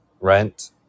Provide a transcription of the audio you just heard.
Rent